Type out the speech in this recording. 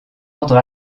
ordre